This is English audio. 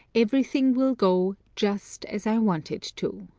everything will go just as i want it to.